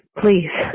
please